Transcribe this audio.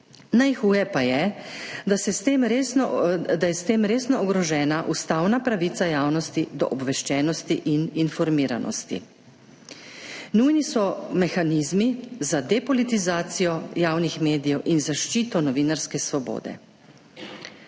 Najhuje pa je, da je s tem resno ogrožena ustavna pravica javnosti do obveščenosti in informiranosti. Nujni so mehanizmi za depolitizacijo javnih medijev in zaščito novinarske svobode.